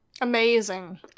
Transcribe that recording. Amazing